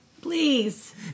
please